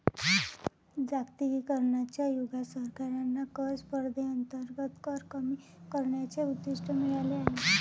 जागतिकीकरणाच्या युगात सरकारांना कर स्पर्धेअंतर्गत कर कमी करण्याचे उद्दिष्ट मिळाले आहे